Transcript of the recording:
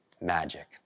magic